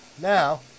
now